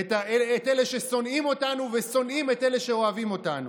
את אלה ששונאים אותנו ושונאים את אלה שאוהבים אותנו,